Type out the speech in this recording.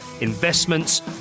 investments